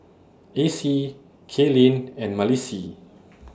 Acey Kaylyn and Malissie